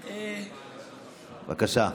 בבקשה.